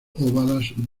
ovadas